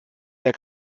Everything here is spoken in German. der